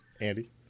Andy